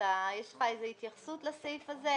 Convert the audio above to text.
יש לך איזה התייחסות לסעיף הזה?